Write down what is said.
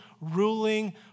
ruling